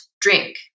drink